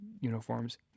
uniforms